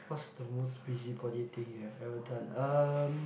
what's the most busybody thing you have ever done um